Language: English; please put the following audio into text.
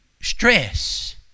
stress